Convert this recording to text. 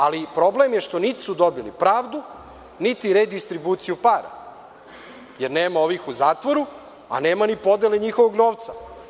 Ali, problem je što niti su dobili pravdu, niti redistribuciju para, jer nema ovih u zatvoru, a nema ni podele njihovog novca.